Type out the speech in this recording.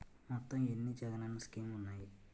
మొత్తం ఎన్ని జగనన్న స్కీమ్స్ ఉన్నాయి?